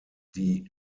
die